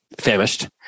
famished